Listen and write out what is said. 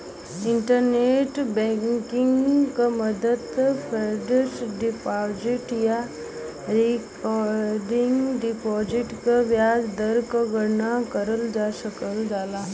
internet banking क मदद fixed deposit या रेकरिंग डिपाजिट क ब्याज दर क गणना करल जा सकल जाला